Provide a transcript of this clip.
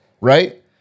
right